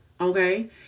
Okay